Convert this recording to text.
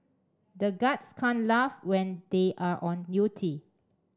the guards can't laugh when they are on duty